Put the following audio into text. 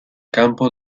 campo